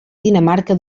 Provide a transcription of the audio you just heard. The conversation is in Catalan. dinamarca